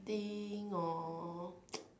acting or